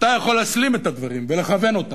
אתה יכול להסלים את הדברים ולכוון אותם.